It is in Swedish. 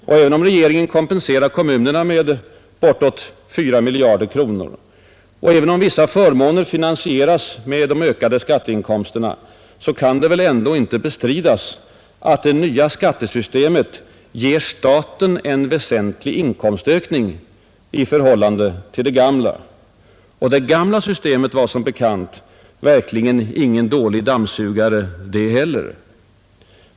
Och även om regeringen kompenserar kommunerna med bortåt 4 miljarder kronor och vissa förmåner finansieras med de ökade skatteinkomsterna kan det inte bestridas att det nya skattesystemet ger staten en väsentlig inkomstökning i förhållande till det gamla. Och det gamla systemet var som bekant ingen dålig dammsugare det heller!